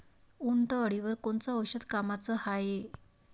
उंटअळीवर कोनचं औषध कामाचं हाये?